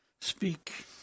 speak